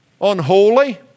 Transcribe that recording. unholy